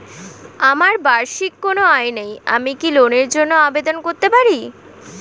আমার বার্ষিক কোন আয় নেই আমি কি লোনের জন্য আবেদন করতে পারি?